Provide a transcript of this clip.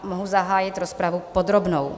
Mohu zahájit rozpravu podrobnou.